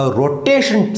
rotation